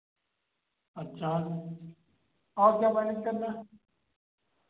अच्छा और क्या वर्णित करना है